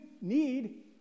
need